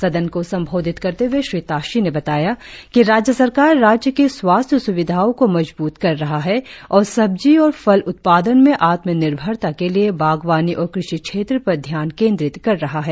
सदन को संबोधित करते हए श्री ताशी ने बताया कि राज्य सरकार राज्य की स्वास्थ्य स्विधाओं को मजबूत कर रहा है और सब्जी और फल उत्पादन में आत्मनिर्भरता के लिए बागवानी और कृषि क्षेत्र पर ध्यान केंद्रीत कर रहा है